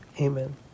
Amen